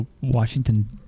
Washington